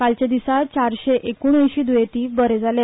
कालच्या दिसा चारशे एकुणऐशी द्येंती बरे जाले